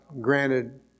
granted